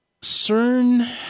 CERN